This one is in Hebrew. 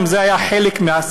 האם זה היה חלק מהסתה,